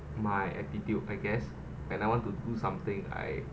my attitude I guess when I want to do something I